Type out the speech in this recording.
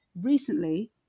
Recently